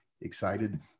excited